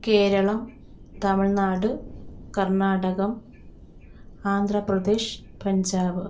Keralam Tamil Nadu Karnataka Andhra Pradesh Punjab